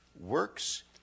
Works